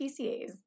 PCAs